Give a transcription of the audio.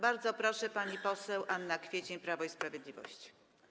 Bardzo proszę, pani poseł Anna Kwiecień, Prawo i Sprawiedliwość.